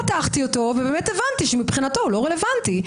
פתחתי אותו ובאמת הבנתי שמבחינתו הוא לא רלוונטי,